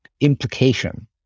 implication